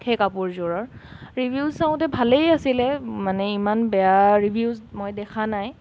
সেই কাপোৰযোৰৰ ৰিভিউ চাওঁতে ভালেই আছিলে মানে ইমান বেয়া ৰিভিউজ মই দেখা নাই